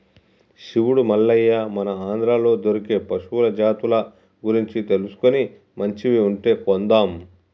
శివుడు మల్లయ్య మన ఆంధ్రాలో దొరికే పశువుల జాతుల గురించి తెలుసుకొని మంచివి ఉంటే కొందాం